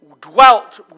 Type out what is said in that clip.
dwelt